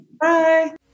Bye